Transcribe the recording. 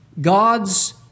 God's